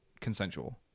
consensual